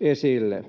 esille.